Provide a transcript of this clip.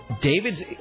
David's